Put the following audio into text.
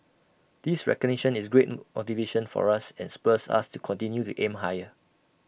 this recognition is great motivation for us and spurs us to continue to aim higher